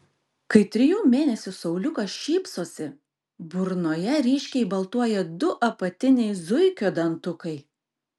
kai trijų mėnesių sauliukas šypsosi burnoje ryškiai baltuoja du apatiniai zuikio dantukai